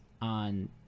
on